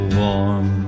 warm